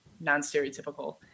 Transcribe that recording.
non-stereotypical